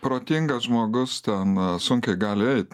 protingas žmogus ten sunkiai gali eit